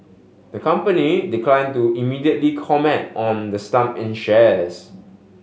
the company declined to immediately comment on the slump in shares